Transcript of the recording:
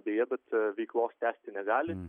deja bet veiklos tęsti negali